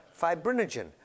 fibrinogen